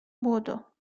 بدو